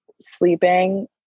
sleeping